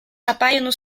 appaiono